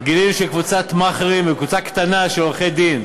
גילינו שקבוצת מאכערים וקבוצה קטנה של עורכי-דין,